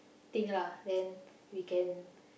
thing lah then we can